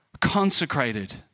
consecrated